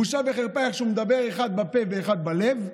בושה וחרפה איך שהוא מדבר, אחד בפה ואחד בלב.